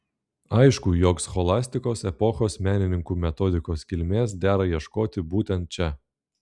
aišku jog scholastikos epochos menininkų metodikos kilmės dera ieškoti būtent čia